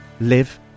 live